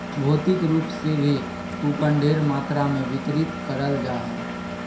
भौतिक रूप से भी कूपन ढेर मात्रा मे वितरित करल जा हय